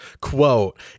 quote